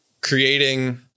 creating